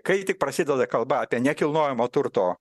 kai tik prasideda kalba apie nekilnojamo turto